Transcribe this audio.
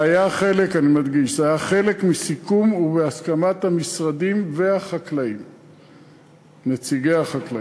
אני מדגיש: זה היה חלק מסיכום ובהסכמת המשרדים ונציגי החקלאים.